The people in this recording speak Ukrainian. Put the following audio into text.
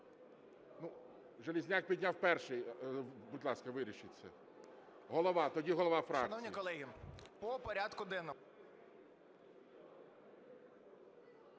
Железняк підняв перший. Будь ласка, вирішіть це. Голова, тоді голова фракції.